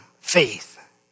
Faith